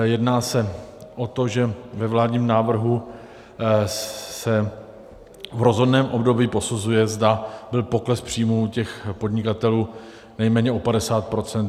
Jedná se o to, že ve vládním návrhu se v rozhodném období posuzuje, zda byl pokles příjmů podnikatelů nejméně o 50 %.